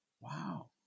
Wow